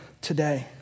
Today